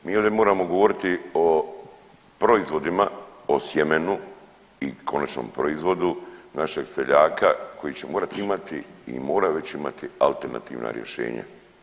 Mi ovdje moramo govoriti o proizvodima, o sjemenu i konačnom proizvodu našeg seljaka koji će morati imati i mora već imati alternativna rješenja.